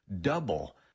Double